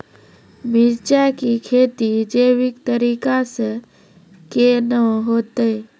मिर्ची की खेती जैविक तरीका से के ना होते?